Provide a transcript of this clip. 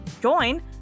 join